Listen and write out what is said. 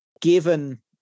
given